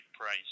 price